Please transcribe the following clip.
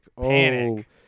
Panic